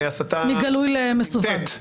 מגלוי למסווג.